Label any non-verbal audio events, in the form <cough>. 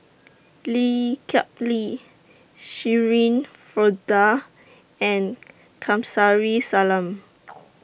Lee Kip Lee Shirin Fozdar and Kamsari Salam <noise>